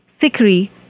Sikri